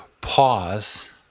pause